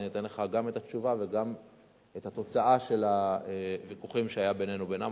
אני אתן לך גם את התשובה וגם את התוצאה של הוויכוחים שהיו בינינו לבינם.